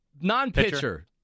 non-pitcher